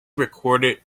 recorded